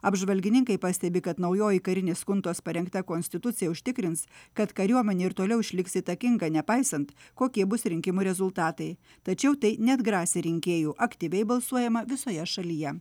apžvalgininkai pastebi kad naujoji karinės chuntos parengta konstitucija užtikrins kad kariuomenė ir toliau išliks įtakinga nepaisant kokie bus rinkimų rezultatai tačiau tai neatgrasė rinkėjų aktyviai balsuojama visoje šalyje